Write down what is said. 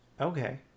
okay